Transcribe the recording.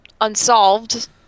unsolved